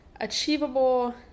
Achievable